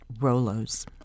Rolo's